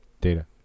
data